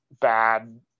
bad